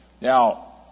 Now